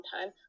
time